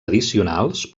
addicionals